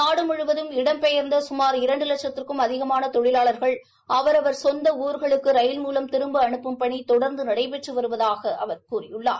நாடு முழுவதும் இடம்பெயா்ந்த கமாா் இரண்டு வட்சத்திற்கும் அதிகமான தொழிலாளா்கள் அவரவா் சொந்த ஊர்களுக்கு ரயில் மூவம் திரும்ப அனுப்பும் பணி தொடர்ந்து நடைபெற்று வருவதாக அவர் கூறியுள்ளார்